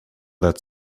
that